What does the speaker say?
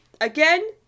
again